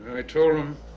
i told him.